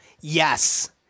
Yes